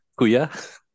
kuya